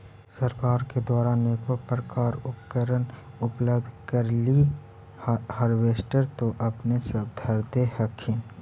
सरकार के द्वारा अनेको प्रकार उपकरण उपलब्ध करिले हारबेसटर तो अपने सब धरदे हखिन?